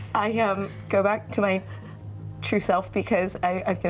i yeah um go back to my true self, because i